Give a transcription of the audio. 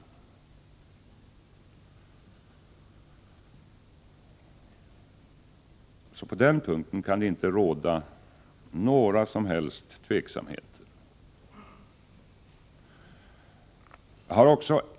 På den punkten kan det inte råda några som helst tveksamheter.